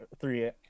three